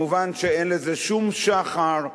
כמובן, אין לזה שום שחר,